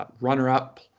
runner-up